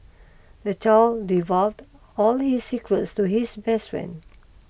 the child divulged all his secrets to his best friend